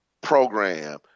program